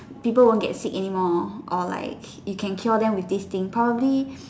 people won't get sick anymore or like you can cure them with this thing probably